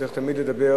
צריך תמיד לדבר